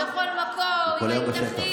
היית בכל מקום עם האקדחים,